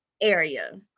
area